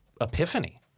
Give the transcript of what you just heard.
epiphany